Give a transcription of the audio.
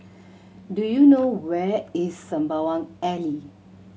do you know where is Sembawang Alley